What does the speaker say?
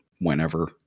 whenever